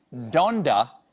donda,